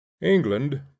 england